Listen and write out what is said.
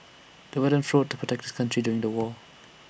the veteran fought to protect his country during the war